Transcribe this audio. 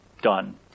done